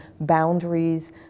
boundaries